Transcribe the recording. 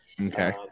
okay